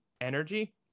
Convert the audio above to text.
Energy